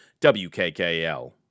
WKKL